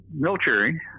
Military